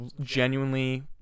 genuinely